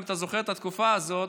אם אתה זוכר את התקופה הזאת,